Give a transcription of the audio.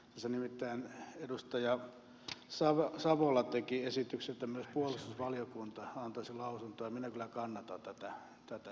tässä nimittäin edustaja savola teki esityksen että myös puolustusvaliokunta antaisi lausunnon ja minä kyllä kannatan tätä esitystä lämpimästi